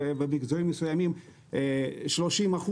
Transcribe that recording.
ובאזורים מסוימים 30%